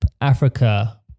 Africa